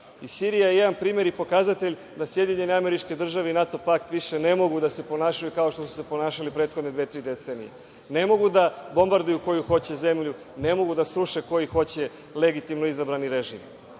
Sirija je jedan primer i pokazatelj da SAD i NATO pakt više ne mogu da se ponašaju kao što su se ponašali prethodne dve, tri decenije, ne mogu da bombarduju koju hoće zemlju, ne mogu da sruše koji hoće legitimno izabrani režim. Vidite